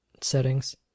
settings